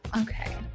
Okay